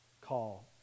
call